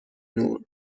نور